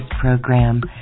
program